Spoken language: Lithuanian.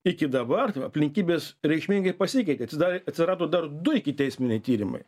iki dabar aplinkybės reikšmingai pasikeitė atsidarė atsirado dar du ikiteisminiai tyrimai